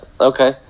okay